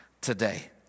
today